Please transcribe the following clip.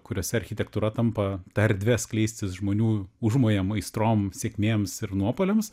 kuriose architektūra tampa ta erdve skleistis žmonių užmojam aistrom sėkmėms ir nuopuoliams